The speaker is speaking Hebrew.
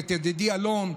את ידידי אלון,